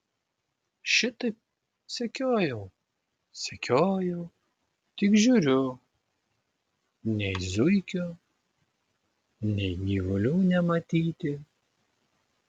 šitaip sekiojau sekiojau tik žiūriu nei zuikio nei gyvulių nematyti